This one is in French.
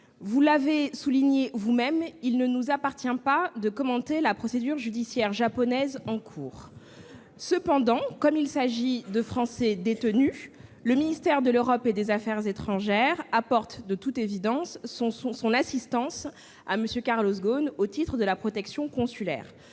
vous l'avez vous-même souligné, il ne nous appartient pas de commenter la procédure judiciaire japonaise en cours. Cependant, comme il s'agit d'un Français détenu, le ministère de l'Europe et des affaires étrangères apporte naturellement son assistance à M. Carlos Ghosn au titre de la protection consulaire.